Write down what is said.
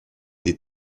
des